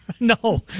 No